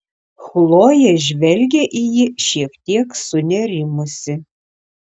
chlojė žvelgė į jį šiek tiek sunerimusi